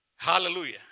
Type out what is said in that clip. Hallelujah